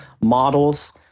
models